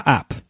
app